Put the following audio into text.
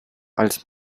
als